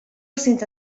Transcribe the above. centre